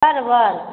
परवल